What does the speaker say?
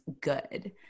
good